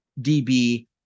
db